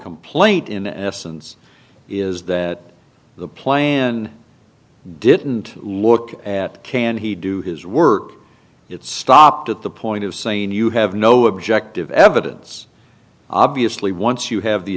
complaint in essence is that the plan didn't look at can he do his work it stopped at the point of saying you have no objective evidence obviously once you have the